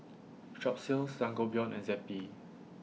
Strepsils Sangobion and Zappy